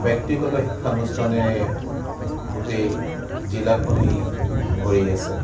ব্যক্তিগত শিক্ষানুস্থানেৰে গোটেই জিলাখনেই ভৰি আছে